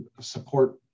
support